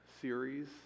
series